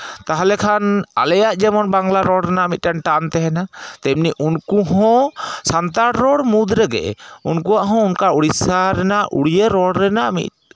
ᱛᱟᱦᱚᱞᱮ ᱠᱷᱟᱱ ᱟᱞᱮᱭᱟᱜ ᱡᱮᱢᱚᱱ ᱵᱟᱝᱞᱟ ᱨᱚᱲ ᱨᱮᱭᱟᱜ ᱢᱤᱫᱴᱮᱱ ᱴᱟᱱ ᱛᱟᱦᱮᱱᱟ ᱛᱮᱢᱱᱤ ᱩᱱᱠᱩ ᱦᱚᱸ ᱥᱟᱱᱛᱟᱲ ᱨᱚᱲ ᱢᱩᱫᱽ ᱨᱮᱜᱮ ᱩᱱᱠᱩᱣᱟᱜ ᱦᱚᱸ ᱚᱱᱠᱟ ᱩᱲᱤᱥᱥᱟ ᱨᱮᱱᱟᱜ ᱩᱲᱤᱭᱟᱹ ᱨᱚᱲ ᱨᱮᱱᱟᱜ ᱢᱤᱫ